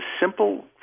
simple